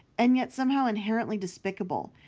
and yet somehow inherently despicable,